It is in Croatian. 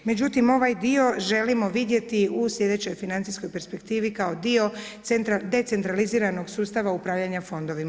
Međutim, ovaj dio želimo vidjeti u sljedećoj financijskoj perspektivi kao dio decentraliziranog sustava upravljanja fondovima.